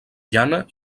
llana